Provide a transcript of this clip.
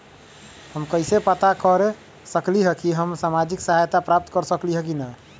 हम कैसे पता कर सकली ह की हम सामाजिक सहायता प्राप्त कर सकली ह की न?